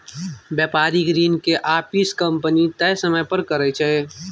बेपारिक ऋण के आपिस कंपनी तय समय पर करै छै